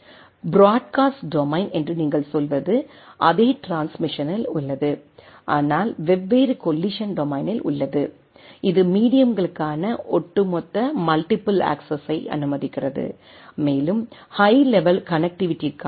broadcast domain என்று நீங்கள் சொல்வது அதே ட்ரான்ஸ்மிசனில் உள்ளது ஆனால் வெவ்வேறு கொல்லிசன் டொமைனில் உள்ளது இது மீடியங்களுக்கான ஒட்டுமொத்த மல்டிஃபில் அக்சஸ்ஸை அனுமதிக்கிறது மேலும் ஹை லெவல் கனெக்ட்டிவிட்டிற்கான எல்